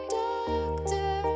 doctor